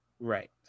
right